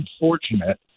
unfortunate